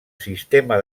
sistema